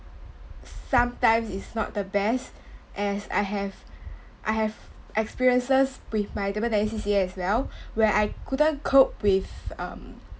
sometimes is not the best as I have I have experiences with my table tennis C_C_A as well where I couldn't cope with um